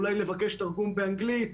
אולי לבקש תרגום באנגלית.